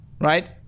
right